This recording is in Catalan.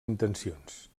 intencions